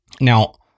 Now